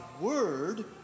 word